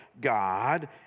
God